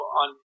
on